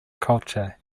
culture